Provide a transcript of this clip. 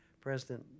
President